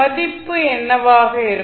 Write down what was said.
மதிப்பு என்னவாக இருக்கும்